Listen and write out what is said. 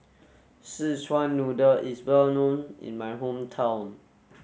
Szechuan Noodle is well known in my hometown